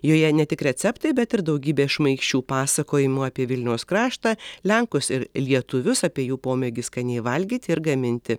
joje ne tik receptai bet ir daugybė šmaikščių pasakojimų apie vilniaus kraštą lenkus ir lietuvius apie jų pomėgį skaniai valgyti ir gaminti